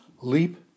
leap